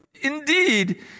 Indeed